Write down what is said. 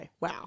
Wow